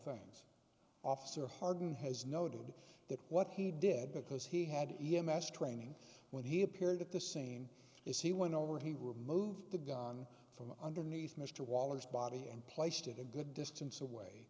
things officer harden has noted that what he did because he had e m s training when he appeared at the scene is he went over he removed the gun from underneath mr waller's body and placed it a good distance away